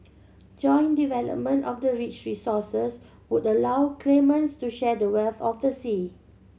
joint development of the rich resources would allow claimants to share the wealth of the sea